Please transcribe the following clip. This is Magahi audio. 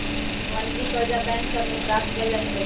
वाणिज्यिक करजा बैंक सभ से प्राप्त कएल जा सकै छइ